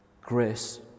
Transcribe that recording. Grace